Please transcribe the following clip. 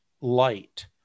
light